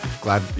Glad